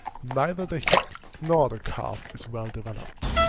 neither the hip nor the calf is well developed.